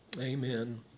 Amen